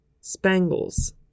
Spangles